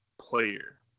player